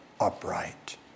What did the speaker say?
upright